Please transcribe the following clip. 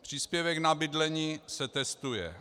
Příspěvek na bydlení se testuje.